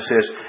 says